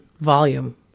volume